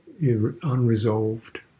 unresolved